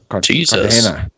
Jesus